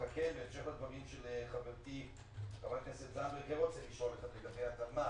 בהמשך לדברים של חברתי חברת הכנסת זנדברג רוצה לשאול לגבי החוק.